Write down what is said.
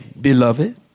Beloved